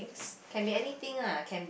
can be anything lah can